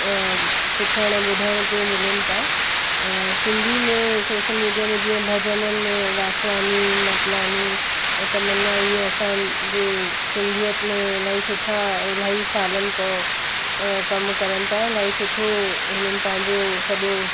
सिखणु ॿुधणु के मिलनि था सिंधी में सोशल मीडिया में जीअं भॼनुनि में वासवाणी मटलाणी ऐं तमन्ना ईअं असांजे सिंधियत में इलाही सुठा इलाही सालनि खां कमु करनि था इलाही सुठो हिननि पंहिंजो सॼो